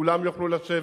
וכולם יוכלו לשבת,